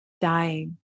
dying